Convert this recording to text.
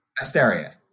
Asteria